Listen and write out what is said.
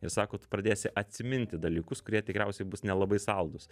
ir sako tu pradėsi atsiminti dalykus kurie tikriausiai bus nelabai saldūs